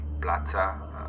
Plaza